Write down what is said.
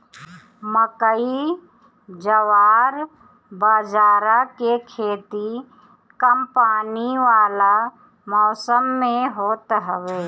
मकई, जवार बजारा के खेती कम पानी वाला मौसम में होत हवे